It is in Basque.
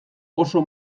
oso